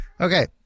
okay